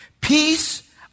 Peace